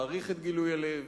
אני מעריך את גילוי הלב.